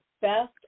best